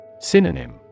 Synonym